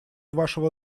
вашего